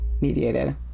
Mediated